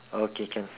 okay can